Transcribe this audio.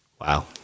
Wow